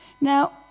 Now